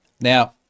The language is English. Now